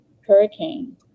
Hurricane